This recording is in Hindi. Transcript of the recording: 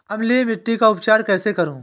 अम्लीय मिट्टी का उपचार कैसे करूँ?